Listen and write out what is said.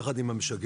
יחד עם המשגר,